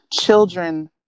children